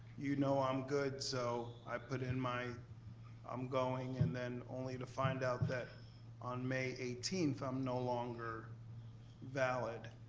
you know i'm good, so i put in my i'm going, and then only to find out that on may eighteen i'm no longer valid.